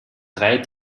drei